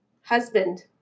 husband